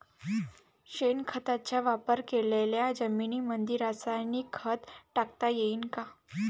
शेणखताचा वापर केलेल्या जमीनीमंदी रासायनिक खत टाकता येईन का?